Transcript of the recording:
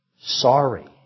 Sorry